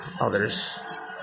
others